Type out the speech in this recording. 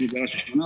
שיש להם גובה של 8%,